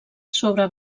sobre